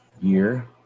year